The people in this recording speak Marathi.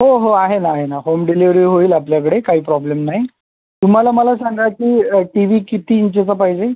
हो हो आहे ना आहे ना होम डिलिवरी होईल आपल्याकडे काही प्रॉब्लेम नाही तुम्हाला मला सांगा की टी वी किती इंचाचा पाहिजे